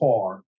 car